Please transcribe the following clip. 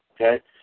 Okay